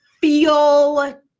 feel